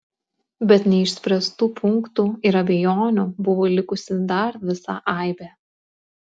bet neišspręstų punktų ir abejonių buvo likusi dar visa aibė